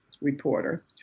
reporter